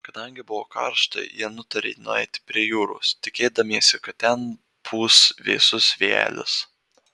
kadangi buvo karšta jie nutarė nueiti prie jūros tikėdamiesi kad ten pūs vėsus vėjelis